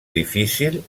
difícil